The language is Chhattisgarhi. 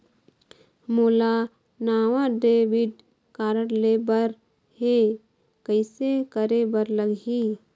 मोला नावा डेबिट कारड लेबर हे, कइसे करे बर लगही?